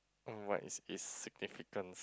mm what is it's significance